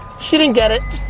she didn't get it.